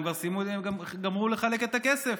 הם כבר גמרו לחלק את הכסף,